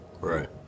Right